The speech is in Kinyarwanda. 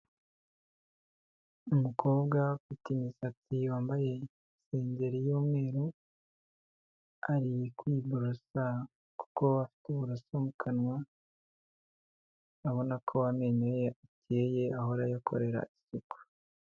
Umukobwa ufite imisatsi wambaye isengeri y'umweru, ari kwiborosa kuko afite u uroso mu kanwa, abona ko amenyo ye akeye ahora ayakorera isuku.